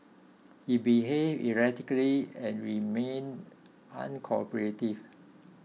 he behaved erratically and remained uncooperative